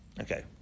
Okay